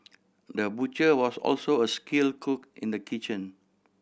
the butcher was also a skill cook in the kitchen